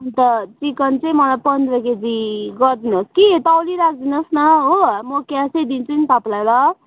अन्त चिकन चाहिँ मलाई पन्ध्र केजी गरिदिनुहोस् कि तौली राखिदिनुहोस् न हो म क्यासै दिन्छु नि तपाईँलाई ल